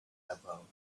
about